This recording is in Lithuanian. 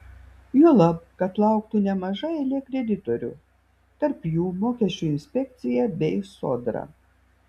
juolab kad lauktų nemaža eilė kreditorių tarp jų mokesčių inspekcija bei sodra